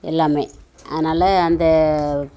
எல்லாம் அதனால் அந்த